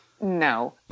no